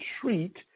treat